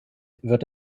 wird